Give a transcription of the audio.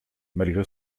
malgré